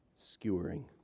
skewering